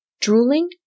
drooling